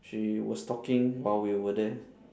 she was talking while we were there